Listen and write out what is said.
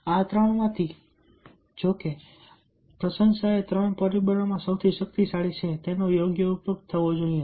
આ ત્રણમાંથી જો કે પ્રશંસા એ ત્રણ પરિબળોમાં સૌથી શક્તિશાળી છે તેનો યોગ્ય ઉપયોગ થવો જોઈએ